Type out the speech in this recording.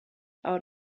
out